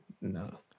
no